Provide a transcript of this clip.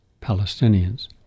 Palestinians